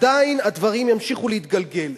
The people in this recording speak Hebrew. ועדיין הדברים ימשיכו להתגלגל.